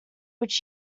which